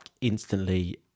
instantly